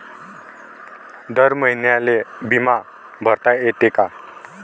दर महिन्याले बिमा भरता येते का?